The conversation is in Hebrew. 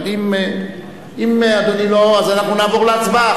אבל אם אדוני לא, אז אנחנו נעבור להצבעה.